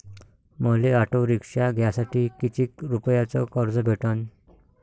मले auto rickshaw घ्यासाठी कितीक रुपयाच कर्ज भेटनं?